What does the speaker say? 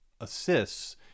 assists